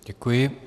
Děkuji.